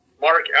Mark